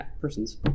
persons